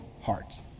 hearts